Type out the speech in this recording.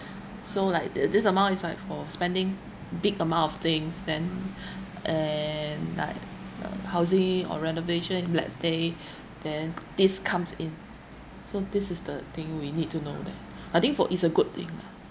so like th~ this amount inside for spending big amount of things then and like uh housing or renovation let's say then this comes in so this is the thing we need to know that I think for is a good thing lah